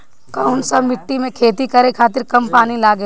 कौन सा मिट्टी में खेती करे खातिर कम पानी लागेला?